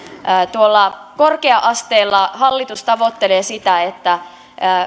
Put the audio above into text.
tuolla korkea asteella hallitus tavoittelee sitä että